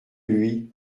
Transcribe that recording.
lui